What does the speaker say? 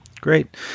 Great